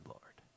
Lord